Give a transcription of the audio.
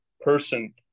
person